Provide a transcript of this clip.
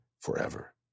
forever